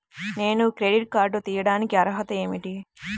నేను credit card తీయడానికి అర్హత ఏమిటి?